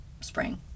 spring